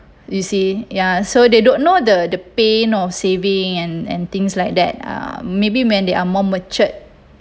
you see ya so they don't know the the pain of saving and and things like that uh maybe when they are more matured